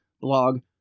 blog